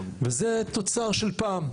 זה תוצר של פעם,